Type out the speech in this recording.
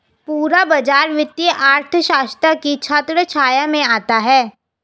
पूरा बाजार वित्तीय अर्थशास्त्र की छत्रछाया में आता है